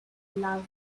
love